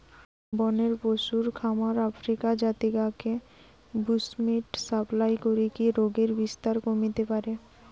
বনের পশুর খামার আফ্রিকার জাতি গা কে বুশ্মিট সাপ্লাই করিকি রোগের বিস্তার কমিতে পারে